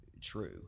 true